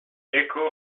deco